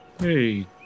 Hey